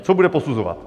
Co bude posuzovat.